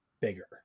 bigger